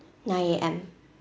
nine A_M